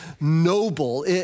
noble